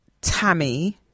Tammy